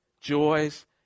joys